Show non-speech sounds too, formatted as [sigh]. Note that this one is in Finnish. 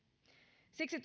siksi [unintelligible]